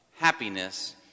happiness